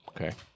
Okay